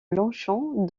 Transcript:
longchamp